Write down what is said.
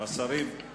מכובדי השרים,